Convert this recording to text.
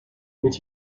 did